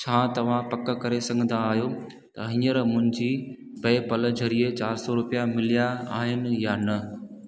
छा तव्हां पक करे सघंदा आहियो त हींअर मुंजी पेपल ज़रिए चारि सौ रुपिया मिलिया आहिनि या न